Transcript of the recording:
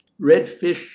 redfish